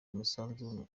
umusanzu